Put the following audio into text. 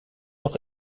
noch